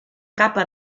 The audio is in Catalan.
capa